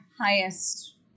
highest